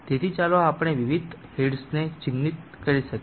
તેથી ચાલો આપણે વિવિધ હેડ્સ ને ચિહ્નિત કરી શકીએ